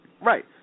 Right